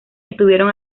estuvieron